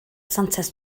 santes